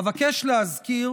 אבקש להזכיר